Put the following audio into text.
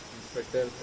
Inspector